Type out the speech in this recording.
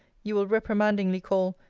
you will reprimandingly call,